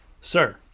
Sir